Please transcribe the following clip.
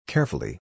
Carefully